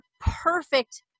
perfect